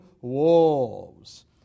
wolves